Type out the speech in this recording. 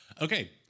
Okay